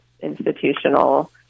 institutional